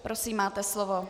Prosím, máte slovo.